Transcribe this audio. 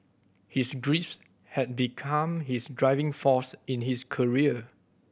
his grief had become his driving force in his career